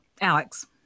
alex